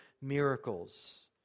miracles